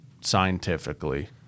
scientifically